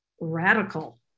Radical